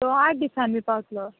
तो आठ दिसांनी पावतलो